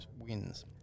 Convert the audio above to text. wins